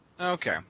Okay